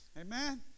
Amen